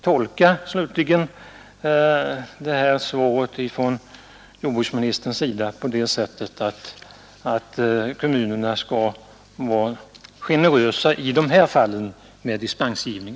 Jag vill därför tolka jordbruksministerns svar så att kommunerna skall vara generösa med dispensgivningen i dessa fall.